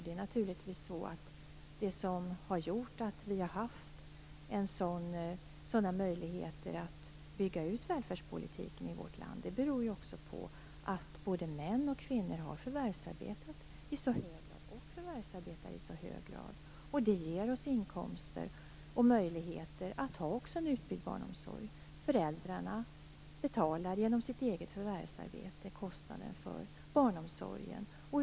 Det som gjort att vi i vårt land haft sådana möjligheter som vi haft att bygga ut välfärdspolitiken är ju att både män och kvinnor har förvärvsarbetat, och förvärvsarbetar, i så hög grad. Det ger inkomster och möjligheter till en utbyggd barnomsorg. Föräldrarna betalar genom eget förvärvsarbete vad barnomsorgen kostar.